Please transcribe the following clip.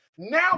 Now